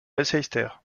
leicester